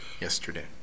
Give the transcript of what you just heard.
yesterday